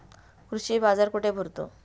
कृषी बाजार कुठे भरतो?